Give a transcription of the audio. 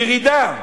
ירידה.